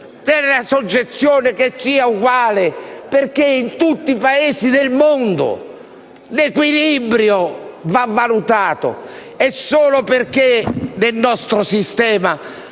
una soggezione, perché in tutti i Paesi del mondo l'equilibrio va valutato; e solo perché nel nostro sistema